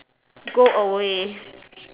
go away